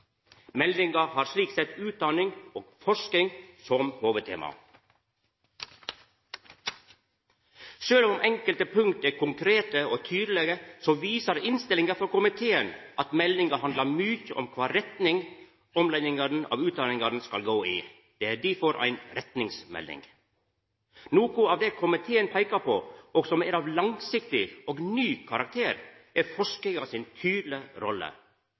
Meldinga har slik sett utdanning og forsking som hovudtema. Sjølv om enkelte punkt er konkrete og tydelege, viser innstillinga frå komiteen at meldinga handlar mykje om kva retning omleggingane av utdanningane skal gå i. Det er difor ei retningsmelding. Noko av det komiteen peikar på, og som er av langsiktig og ny karakter, er forskinga si tydelege rolle.